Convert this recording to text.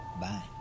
Bye